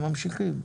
הם ממשיכים,